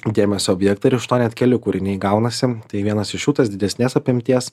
dėmesio objektą ir iš to net keli kūriniai gaunasi tai vienas iš jų tas didesnės apimties